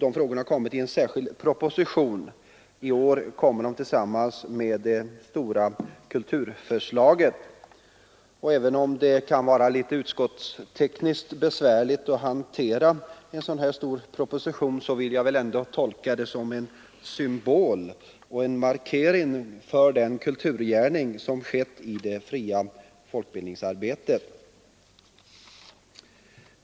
de frågorna kommit i en särskild proposition, men i år kommer de tillsammans med det stora kulturförslaget. Och även om det utskottstekniskt kan vara litet besvärligt att hantera en sådan här stor proposition vill jag ändå tolka det som en symbol för och en markering av den kulturgärning som bedrivits i det fria folkbildningsarbetet.